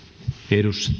arvoisa